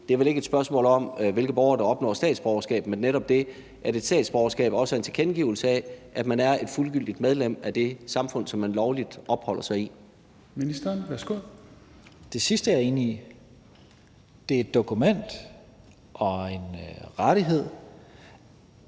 Det er vel ikke et spørgsmål om, hvilke borgere der opnår statsborgerskab, men netop det, at et statsborgerskab også er en tilkendegivelse af, at man er et fuldgyldigt medlem af det samfund, som man lovligt opholder sig i. Kl. 15:59 Fjerde næstformand (Rasmus Helveg